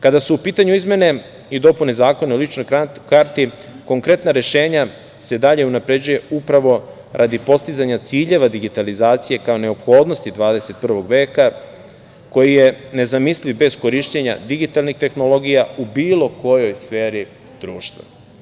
Kada su u pitanju izmene i dopune Zakona o ličnoj karti, konkretna rešenja se dalje unapređuju upravo radi postizanja ciljeva digitalizacije, kao neophodnosti 21. veka, koji je nezamisliv bez korišćenja digitalnih tehnologija, u bilo kojoj sferi društva.